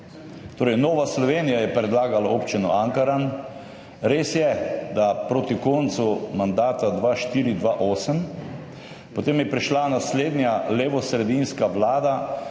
Ankaran. Nova Slovenija je predlagala Občino Ankaran, res je, da proti koncu mandata 2004–2008. Potem je prišla naslednja, levosredinska vlada,